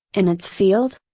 in its field?